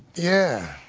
yeah.